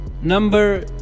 number